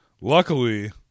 Luckily